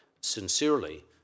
sincerely